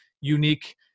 unique